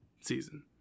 season